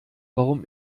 warum